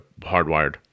hardwired